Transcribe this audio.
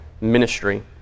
ministry